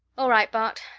all right, bart,